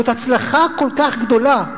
זו הצלחה כל כך גדולה.